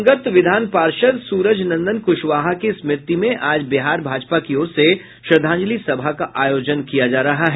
भाजपा के दिवंगत विधान पार्षद सुरज नंदन कुशवाहा की स्मृति में आज बिहार भाजपा की ओर से श्रद्दाजंलि सभा का आयोजन किया जा रहा है